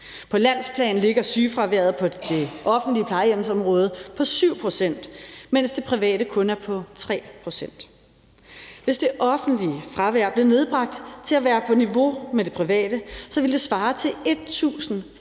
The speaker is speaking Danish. På landsplan ligger sygefraværet på det offentlige plejehjemsområde på 7 pct., mens det private kun er på 3 pct. Hvis det offentliges fravær blev nedbragt til at være på niveau med det private, vil det svare til 1.422 flere